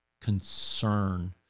concern